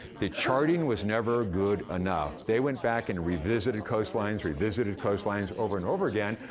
the charting was never good enough. they went back and revisited coastlines, revisited coastlines over and over again,